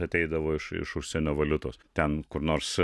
ateidavo iš užsienio valiutos ten kur nors